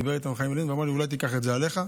דיבר איתנו חיים ילין ואמר: אולי תיקח את זה עליך.